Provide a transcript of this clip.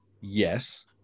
Yes